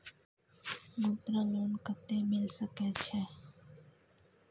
मुद्रा लोन कत्ते मिल सके छै?